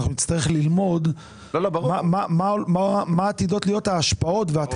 אנחנו נצטרך ללמוד מה עתידות להיות ההשפעות ועד